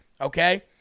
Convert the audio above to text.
okay